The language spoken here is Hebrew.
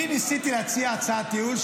אני ניסיתי להציע הצעת ייעול,